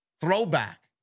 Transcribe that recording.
throwback